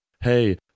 hey